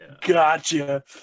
Gotcha